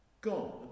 God